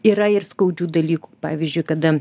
yra ir skaudžių dalykų pavyzdžiui kada